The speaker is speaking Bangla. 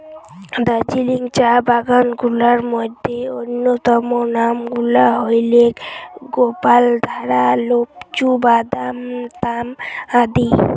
দার্জিলিং চা বাগান গুলার মইধ্যে অইন্যতম নাম গুলা হইলেক গোপালধারা, লোপচু, বাদামতাম আদি